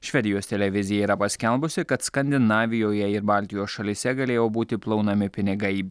švedijos televizija yra paskelbusi kad skandinavijoje ir baltijos šalyse galėjo būti plaunami pinigai